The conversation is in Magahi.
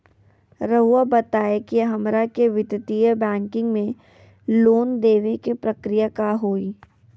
रहुआ बताएं कि हमरा के वित्तीय बैंकिंग में लोन दे बे के प्रक्रिया का होई?